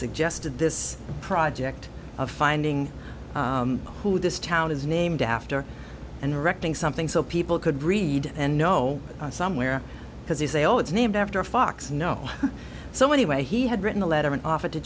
suggested this project of finding who this town is named after and erecting something so people could read and know somewhere because they say oh it's named after fox no so anyway he had written a letter and offered t